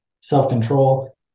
self-control